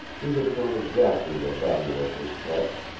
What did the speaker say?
he had known exactly the value of his catch,